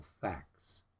facts